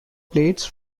plates